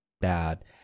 bad